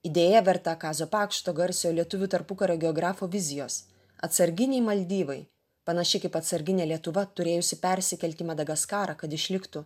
idėja verta kazio pakšto garsiojo lietuvių tarpukario geografo vizijos atsarginiai maldyvai panašiai kaip atsarginė lietuva turėjusi persikelti į madagaskarą kad išliktų